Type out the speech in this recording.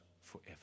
forever